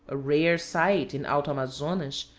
a rare sight in alto amazonas,